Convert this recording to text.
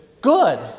good